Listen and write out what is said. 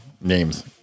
names